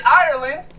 Ireland